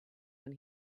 when